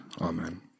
Amen